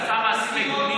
עשה מעשים מגונים.